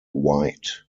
white